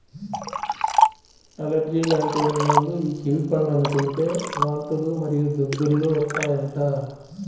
allergy లాంటివి ఉన్నోల్లు యీ కివి పండ్లను తింటే వాంతులు మరియు దద్దుర్లు వత్తాయంట